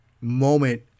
moment